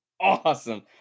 Awesome